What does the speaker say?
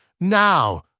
Now